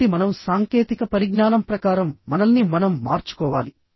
కాబట్టి మనం సాంకేతిక పరిజ్ఞానం ప్రకారం మనల్ని మనం మార్చుకోవాలి